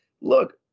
look